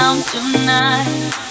Tonight